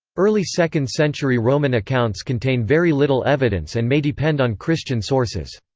early second-century roman accounts contain very little evidence and may depend on christian sources.